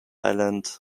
island